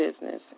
business